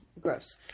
Gross